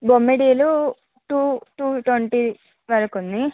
బొమ్మిడీలు two two twenty వరకు ఉంది